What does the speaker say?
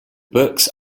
books